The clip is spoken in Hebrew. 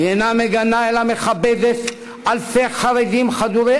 היא אינה מגנה אלא מכבדת אלפי חרדים חדורי